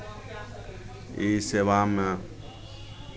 ई सेवामे